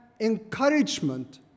encouragement